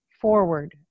forward